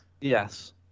Yes